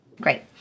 Great